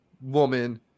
woman